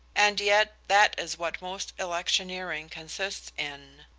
and yet that is what most electioneering consists in.